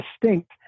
distinct